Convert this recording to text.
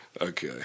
Okay